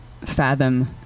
fathom